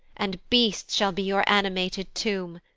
and beasts shall be your animated tomb,